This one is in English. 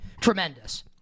Tremendous